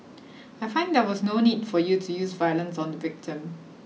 I find there was no need for you to use violence on the victim